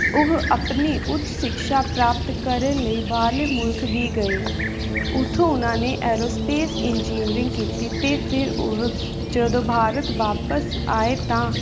ਉਹ ਆਪਣੇ ਉੱਚ ਸਿਕਸ਼ਾ ਪ੍ਰਾਪਤ ਕਰਨ ਲਈ ਬਾਹਰਲੇ ਮੁਲਕ ਵੀ ਗਏ ਉੱਥੋਂ ਉਹਨਾਂ ਨੇ ਐਰੋਸਪੇਸ ਇੰਜੀਨਿਰਿਗ ਕੀਤੀ ਅਤੇ ਫਿਰ ਉਹ ਜਦੋਂ ਭਾਰਤ ਵਾਪਸ ਆਏ ਤਾਂ